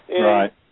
Right